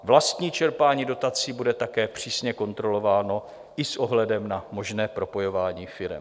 Vlastní čerpání dotací bude také přísně kontrolováno i s ohledem na možné propojování firem.